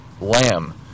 lamb